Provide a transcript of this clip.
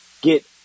get